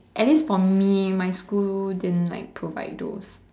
at least for me my school didn't like provide those